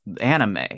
anime